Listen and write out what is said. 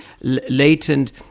latent